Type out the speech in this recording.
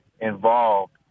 involved